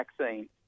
vaccine